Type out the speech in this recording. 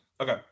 Okay